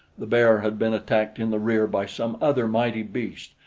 the bear had been attacked in the rear by some other mighty beast,